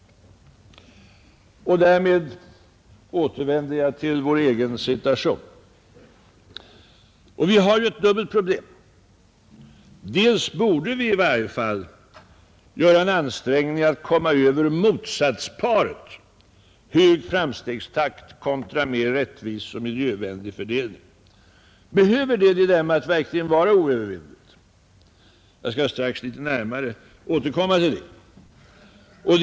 Därmed återvänder jag till vår egen situation. Vi har ju ett dubbelt problem. Dels borde vi i varje fall göra en ansträngning att komma över motsatsparet hög framstegstakt kontra mer rättvis och miljövänlig fördelning. Behöver det dilemmat verkligen vara oövervinneligt? Jag skall strax litet närmare återkomma till den frågan.